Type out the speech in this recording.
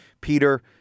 Peter